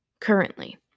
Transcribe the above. currently